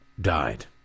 died